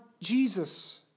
Jesus